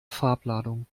farbladung